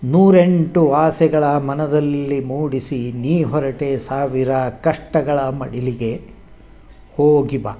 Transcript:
ನೂರೆಂಟು ಆಸೆಗಳ ಮನದಲ್ಲಿ ಮೂಡಿಸಿ ನೀ ಹೊರಟೆ ಸಾವಿರ ಕಷ್ಟಗಳ ಮಡಿಲಿಗೆ ಹೋಗಿ ಬಾ